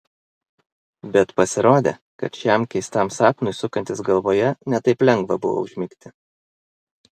bet pasirodė kad šiam keistam sapnui sukantis galvoje ne taip lengva buvo užmigti